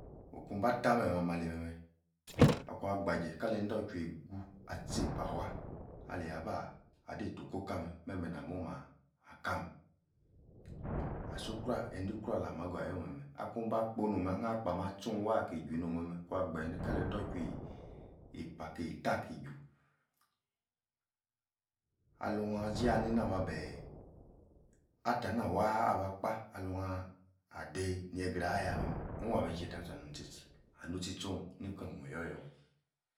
Okun-bah tah-meh-meh ahmah ali-meh-meh, akuan gbaje, kalei endochwuei-gu ah-tcheipah awaaah, alia bah-adei-to kokah meh, meh-meh namo-mah aka meh asu-ukruah endi-ukruah alamah-gah-yormeh-meh. Akun-bah kpo no'meh, ah-han-kpo meh ah tchun waa aki-jui nom-meh-meh, kuan-gbaje ni kalei-endochwei, epia, keh-eita aki-ju alu-ah-zi yah nini nah-mah beeeh attah-nah-wah aba, kpa nua-adei-nie-gra ah-yah-meh, omua chie-tah ahm-tchi-tchi, ano-tchi-tchohn nikon-oyor-yor-meh